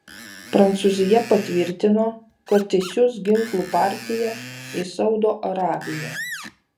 prancūzija patvirtino kad išsiųs ginklų partiją į saudo arabiją